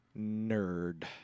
nerd